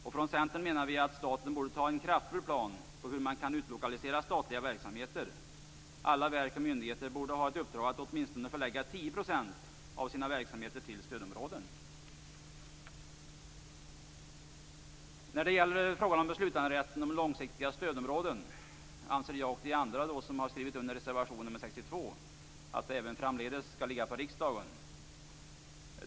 Vi från Centern anser att staten borde ha en kraftfull plan över hur man kan utlokalisera statliga verksamheter. Alla verk och myndigheter borde ha i uppdrag att förlägga åtminstone 10 % av sina verksamheter till stödområden. Beträffande beslutanderätten angående långsiktiga stödområden anser jag och de andra som har skrivit under reservation nr 62 att denna även framdeles skall ligga på riksdagen.